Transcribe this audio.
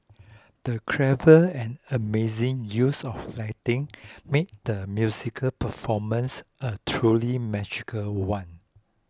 the clever and amazing use of lighting made the musical performance a truly magical one